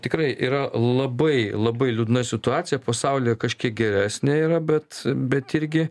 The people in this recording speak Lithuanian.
tikrai yra labai labai liūdna situacija pasaulyje kažkiek geresnė yra bet bet irgi